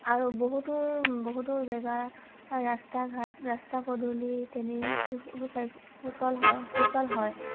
আৰু বহুতো বহুতো জেগাৰ ৰাস্তা ঘাট ৰাস্তা পদূলি সুচল হয় সুচল হয়